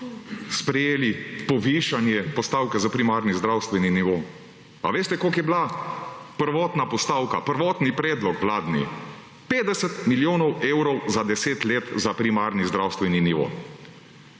sprejeli povišanje postavke za primarni zdravstveni nivo. A veste, koliko je bila prvotna postavka, prvotni predlog vladni? 50 milijonov evrov za 10 let za primarni zdravstveni nivo.